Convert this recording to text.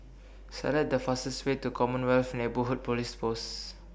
Select The fastest Way to Commonwealth Neighbourhood Police Post